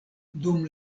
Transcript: dum